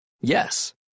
Yes